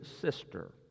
sister